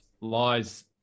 lies